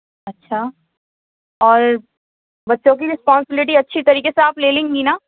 اچھا اور بچوں کی رسپونسبلٹی اچھی طریقے سے آپ لے لیں گی نا